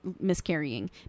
miscarrying